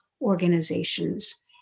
organizations